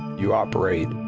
you operate.